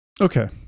okay